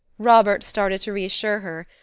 robert started to reassure her,